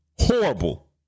horrible